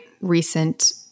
recent